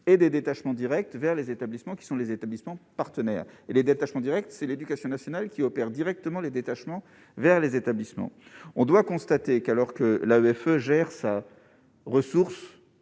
et des détachements Direct vers les établissements qui sont les établissements partenaires et les détachements Direct c'est l'éducation nationale qui opère directement les détachements vers les établissements, on doit constater qu'alors que l'avait gère ça ressource